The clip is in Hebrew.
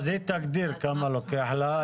אז היא תגדיר כמה לוקח לה.